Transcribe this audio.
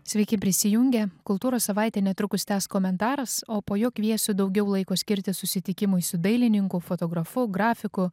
sveiki prisijungę kultūros savaitę netrukus tęs komentaras o po jo kviesiu daugiau laiko skirti susitikimui su dailininku fotografu grafiku